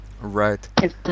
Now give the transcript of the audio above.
Right